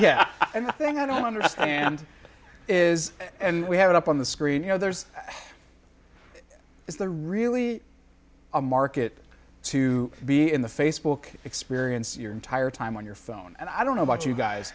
understand is and we have it up on the screen you know there's is there really a market to be in the facebook experience your entire time on your phone and i don't know about you guys